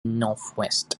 northwest